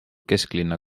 kesklinna